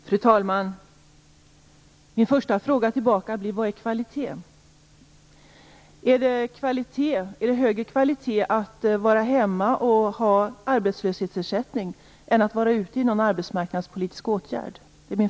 Fru talman! Min första fråga tillbaka blir: Vad är kvalitet? Är det högre kvalitet att vara hemma och ha arbetslöshetsersättning än att befinna sig i någon arbetsmarknadspolitisk åtgärd?